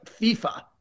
FIFA